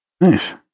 Nice